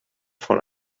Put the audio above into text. von